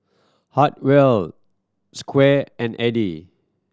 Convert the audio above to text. Hartwell Squire and Edie